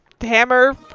hammer